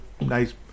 nice